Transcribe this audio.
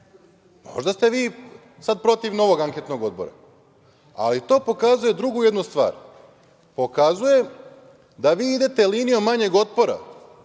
možda ste vi sada protiv novog anketnog odbora, ali to pokazuje drugu jednu stvar. Pokazuje da vi idete linijom manjeg otpora,